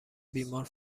بیمار